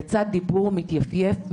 לצד דיבור מתייפייף,